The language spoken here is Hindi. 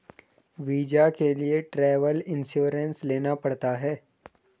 वीजा के लिए ट्रैवल इंश्योरेंस लेना पड़ता है